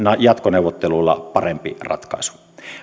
jatkoneuvotteluilla parempi ratkaisu